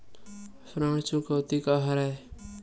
ऋण चुकौती का हरय?